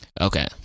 Okay